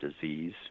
disease